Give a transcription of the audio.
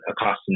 accustomed